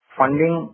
funding